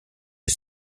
des